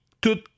tout